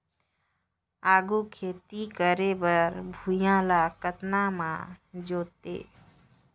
आघु खेती करे बर भुइयां ल कतना म जोतेयं?